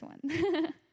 one